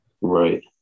Right